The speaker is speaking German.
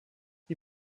die